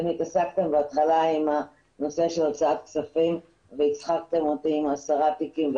עסקתם בהתחלה בנושא של הוצאת הכספים והצחקתם אותי עם עשרת התיקים.